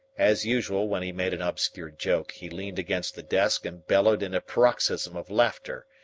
as usual when he made an obscure joke, he leaned against the desk and bellowed in a paroxysm of laughter,